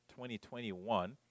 2021